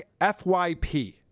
FYP